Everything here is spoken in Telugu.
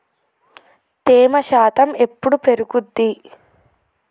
తేమ శాతం ఎప్పుడు పెరుగుద్ది?